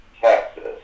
Texas